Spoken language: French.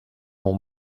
mon